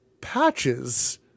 patches